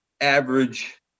average